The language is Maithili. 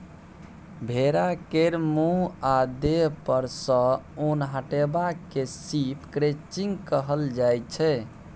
भेड़ा केर मुँह आ देह पर सँ उन हटेबा केँ शिप क्रंचिंग कहल जाइ छै